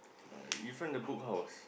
uh in front the Book House